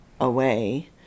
away